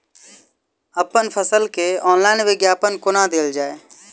अप्पन फसल केँ ऑनलाइन विज्ञापन कोना देल जाए?